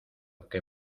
que